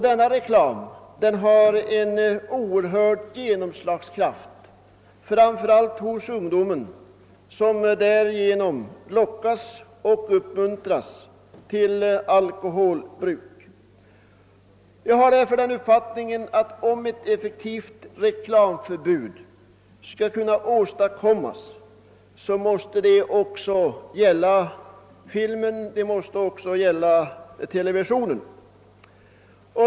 Denna reklam har en oerhörd genomslagskraft, framför allt hos ungdomen som därigenom lockas och uppmuntras till alkoholbruk. Jag har därför den uppfattningen att, om ett effektivt reklamförbud skall kunna åstadkommas, måste det också gälla filmen och televisionen.